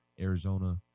Arizona